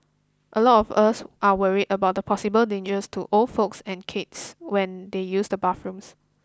a lot of us are worried about the possible dangers to old folks and kids when they use the bathrooms